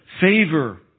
favor